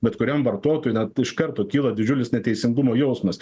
bet kuriam vartotojui net iš karto kyla didžiulis neteisingumo jausmas